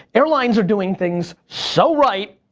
airlines are doing things so right,